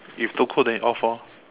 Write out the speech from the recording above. if too cold then you off orh